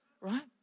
right